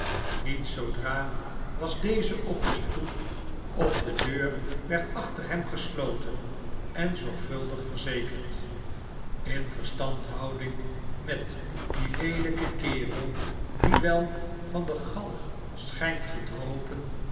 niet zoodra was deze op de stoep of de deur werd achter hem gesloten en zorgvuldig verzekerd in verstandhouding met dien leelijken kerel die wel van de galg schijnt gedropen